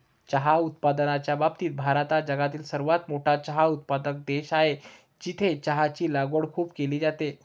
चहा उत्पादनाच्या बाबतीत भारत हा जगातील सर्वात मोठा चहा उत्पादक देश आहे, जिथे चहाची लागवड खूप केली जाते